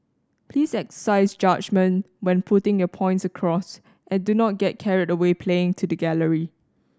please exercise judgement when putting your points across and do not get carried away playing to the gallery